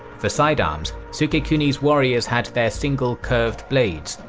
for sidearms, sukekuni's warriors had their single curved blades,